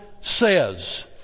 says